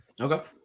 Okay